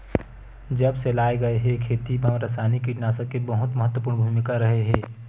जब से लाए गए हे, खेती मा रासायनिक कीटनाशक के बहुत महत्वपूर्ण भूमिका रहे हे